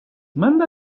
manda